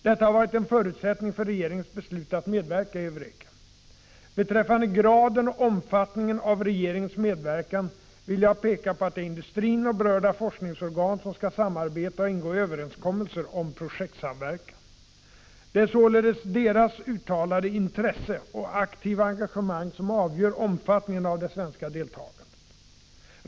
Detta har varit en förutsättning för regeringens beslut att medverka i EUREKA. Beträffande graden och omfattningen av regeringens medverkan vill jag peka på att det är industrin och berörda forskningsorgan som skall samarbeta och ingå överenskommelser om projektsamverkan. Det är således deras uttalade intresse och aktiva engagemang som avgör omfattningen av det svenska deltagandet.